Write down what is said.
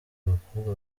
abakobwa